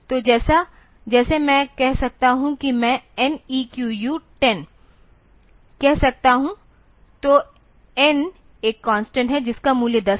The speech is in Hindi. तो जैसे मैं कह सकता हूं कि मैं N EQU 10कह सकता हूं तो N एक कांस्टेंट है जिसका मूल्य 10 है